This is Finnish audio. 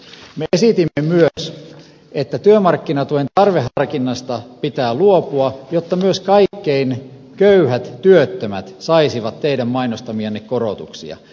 me esitimme myös että työmarkkinatuen tarveharkinnasta pitää luopua jotta myös kaikkein köyhimmät työttömät saisivat teidän mainostamianne korotuksia